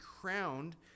crowned